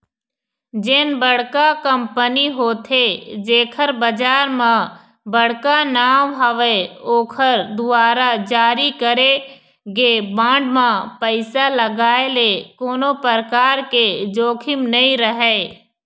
जेन बड़का कंपनी होथे जेखर बजार म बड़का नांव हवय ओखर दुवारा जारी करे गे बांड म पइसा लगाय ले कोनो परकार के जोखिम नइ राहय